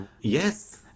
Yes